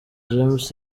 james